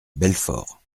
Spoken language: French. belfort